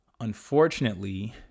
Unfortunately